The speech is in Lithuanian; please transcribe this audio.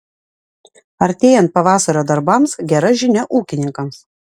artėjant pavasario darbams gera žinia ūkininkams